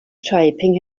shaping